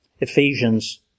Ephesians